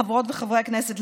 חברות וחברי הכנסת,